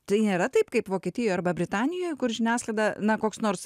tai nėra taip kaip vokietijoj arba britanijoj kur žiniasklaida na koks nors